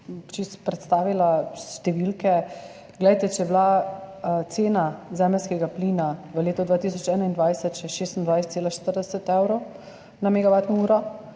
bi predstavila številke. Če je bila cena zemeljskega plina v letu 2021 še 26,40 evra na megavatno uro,